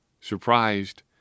Surprised